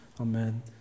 Amen